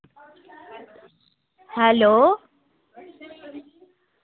hello